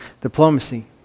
diplomacy